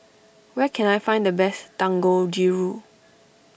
where can I find the best Dangojiru